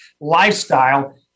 lifestyle